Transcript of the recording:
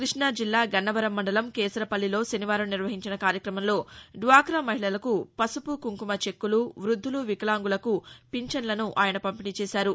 కృష్ణుజిల్లా గన్నవరం మండలం కేసరపల్లిలో శనివారం నిర్వహించిన కార్యక్రమంలో డ్వాకా మహిళలకు పసుపు కుంకుమ చెక్కులు వృద్దులు వికలాంకులకు పింఛన్నను ఆయన పంపిణీ చేశారు